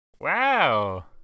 Wow